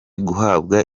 guhabwa